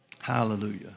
hallelujah